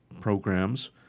programs